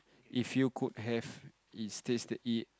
if you could have it states the it